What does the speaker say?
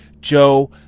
Joe